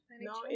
No